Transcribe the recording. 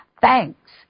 Thanks